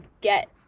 get